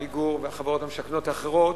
"עמיגור" והחברות המשכנות האחרות,